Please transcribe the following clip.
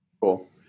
Cool